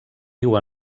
diu